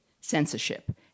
censorship